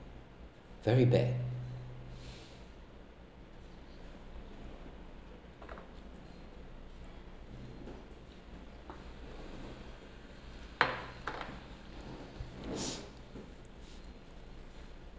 very bad